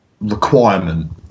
requirement